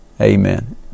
Amen